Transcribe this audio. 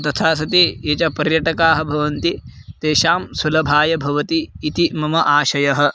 तथा सति ये च पर्यटकाः भवन्ति तेषां सुलभाय भवति इति मम आशयः